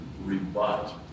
rebut